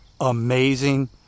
amazing